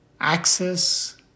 access